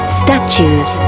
statues